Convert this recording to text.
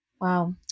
Wow